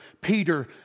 Peter